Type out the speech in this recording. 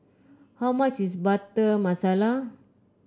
how much is Butter Masala